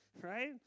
right